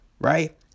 right